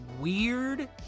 weird